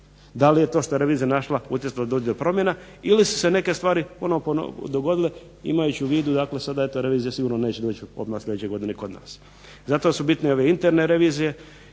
da li je to što je revizija našla … promjena ili su se neke stvari dogodile imajući u vidu da revizija sigurno neće doći odmah sljedeće godine kod nas. Zato su bitne ove interne revizije